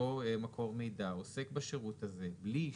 אותו מקור מידע עוסק בשירות הזה בלי אישור,